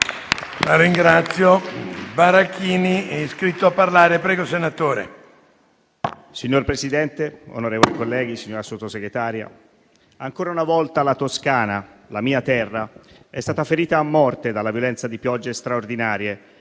Signor Presidente, onorevoli colleghi, signora Sottosegretaria, ancora una volta la Toscana, la mia terra, è stata ferita a morte dalla violenza di piogge straordinarie